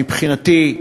מבחינתי,